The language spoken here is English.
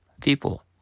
people